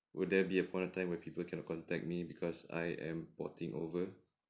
will there be upon a time when people cannot contact me because I am porting over